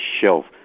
shelf